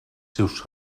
seus